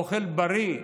אוכל בריא,